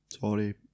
Sorry